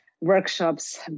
workshops